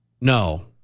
No